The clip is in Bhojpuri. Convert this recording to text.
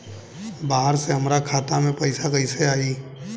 बाहर से हमरा खाता में पैसा कैसे आई?